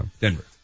Denver